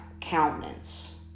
countenance